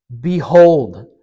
Behold